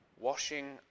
washing